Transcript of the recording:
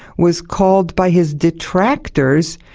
was called by his detractors,